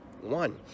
one